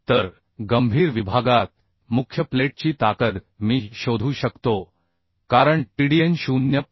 तर गंभीर विभागात मुख्य प्लेटची ताकद मी शोधू शकतो कारण TDN 0